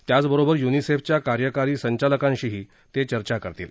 त्याचबरोबर य्निसेफच्या कार्यकारी संचालकांशीही ते चर्चा करतील